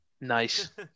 Nice